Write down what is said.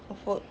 of work